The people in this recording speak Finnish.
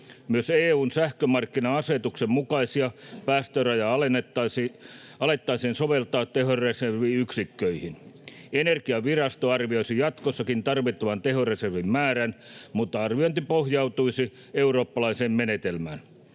Myös EU:n sähkömarkkina-asetuksen mukaisia päästörajoja alettaisiin soveltaa tehoreserviyksiköihin. Energiavirasto arvioisi jatkossakin tarvittavan tehoreservin määrän, mutta arviointi pohjautuisi eurooppalaiseen menetelmään.